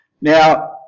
Now